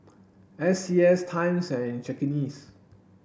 S C S Times and Cakenis